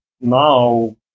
now